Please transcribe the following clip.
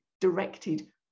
directed